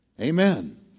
Amen